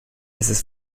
ist